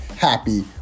happy